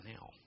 now